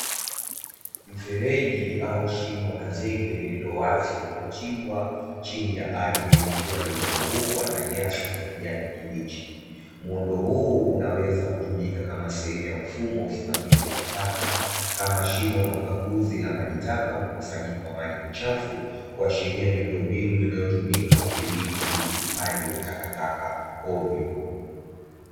Mfereji au shimo la zege lililo wazi lililochimbwa chini ya ardhi, likiwa limezungukwa na nyasi za kijani kibichi. Muundo huu unaweza kutumika kama sehemu ya mfumo wa usimamizi wa taka, kama shimo la ukaguzi la maji taka wa mkusanyiko wa maji machafu, kuashiria miundo mbinu inayotumika kudhibiti utupaji wa takataka hovyo.